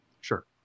Sure